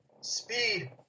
speed